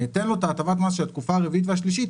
אני אתן לו את הטבת המס של התקופה הרביעית והשלישית